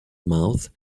mouth